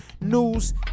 news